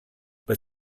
but